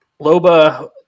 Loba